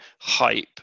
hype